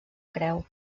creu